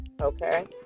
okay